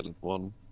One